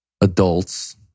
adults